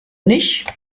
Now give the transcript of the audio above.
nicht